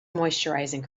moisturising